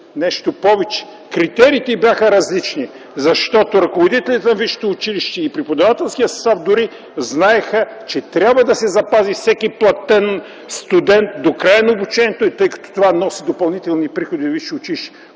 Нещо повече, критериите бяха различни, защото ръководителите на висшите училища и преподавателският състав дори знаеха, че трябва да се запази всеки платен студент до края на обучението, тъй като това носи допълнителни приходи във висшите